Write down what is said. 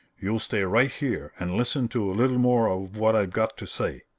you'll stay right here and listen to a little more of what i've got to say.